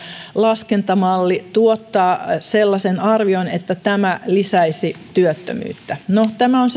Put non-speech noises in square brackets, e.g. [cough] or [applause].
laskentamalli tuottaa sellaisen arvion että tämä lisäisi työttömyyttä no tämä on [unintelligible]